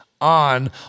on